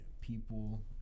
people